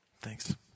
Thanks